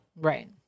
Right